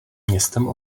městem